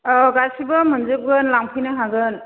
औ गासिबो मोनजोबगोन लांफैनो हागोन